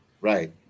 Right